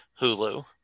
Hulu